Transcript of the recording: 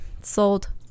sold